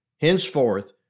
Henceforth